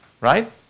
Right